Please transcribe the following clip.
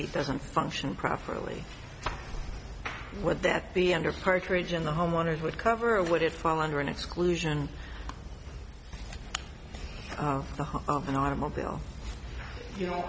it doesn't function properly would that be under partridge in the homeowners would cover of would it fall under an exclusion the and automobile you know